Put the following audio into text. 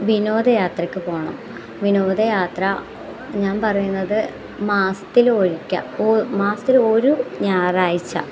വിനോദയാത്രയ്ക്ക് പോവണം വിനോദയാത്ര ഞാൻ പറയുന്നത് മാസത്തിലൊരിക്കൽ മാസത്തിലൊരു ഞായറാഴ്ച്ച